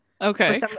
Okay